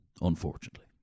unfortunately